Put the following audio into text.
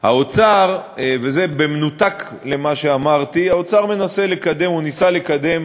האוצר, וזה במנותק ממה שאמרתי, האוצר מנסה לקדם,